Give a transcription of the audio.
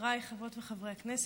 חבריי חברות וחברי הכנסת,